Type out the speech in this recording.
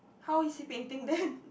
how is he painting then